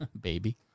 Baby